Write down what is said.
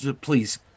Please